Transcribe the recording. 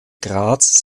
graz